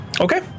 Okay